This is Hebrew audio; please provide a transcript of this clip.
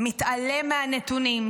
מתעלם מהנתונים.